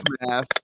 math